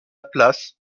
place